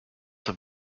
have